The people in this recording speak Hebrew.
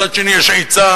מצד שני יש היצע,